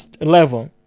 level